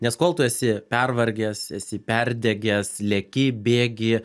nes kol tu esi pervargęs esi perdegęs leki bėgi